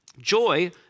Joy